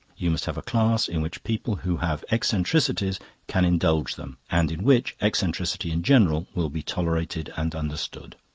you must have a class in which people who have eccentricities can indulge them and in which eccentricity in general will be tolerated and understood.